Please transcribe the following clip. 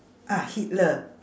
ah hitler